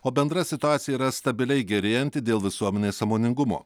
o bendra situacija yra stabiliai gerėjanti dėl visuomenės sąmoningumo